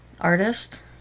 artist